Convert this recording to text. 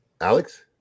Alex